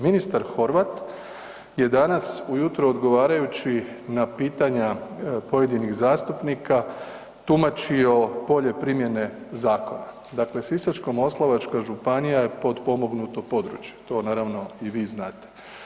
Ministar Horvat je danas ujutro odgovarajući na pitanja pojedinih zastupnika tumačio polje primjene zakona, dakle Sisačko-moslavačka županija je potpomognuto područje, to naravno i vi znate.